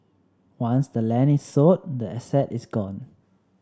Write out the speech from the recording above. once the land is sold the asset is gone